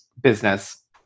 business